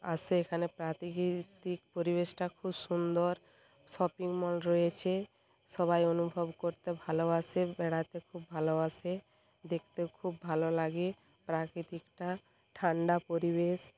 আসে এখানে প্রাকৃতিক পরিবেশটা খুব সুন্দর শপিং মল রয়েছে সবাই অনুভব করতে ভালোবাসে বেড়াতে খুব ভালোবাসে দেখতেও খুব ভালো লাগে প্রকৃতিটা ঠান্ডা পরিবেশ